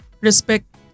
respect